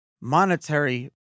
monetary